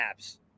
apps